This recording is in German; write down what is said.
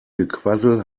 gequassel